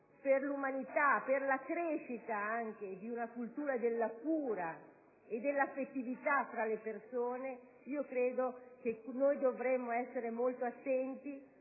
per l'umanità, per la crescita di una cultura della cura e dell'affettività tra le persone, dovremo essere molto attenti